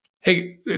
hey